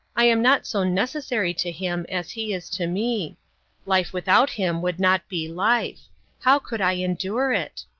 i am not so necessary to him as he is to me life without him would not be life how could i endure it?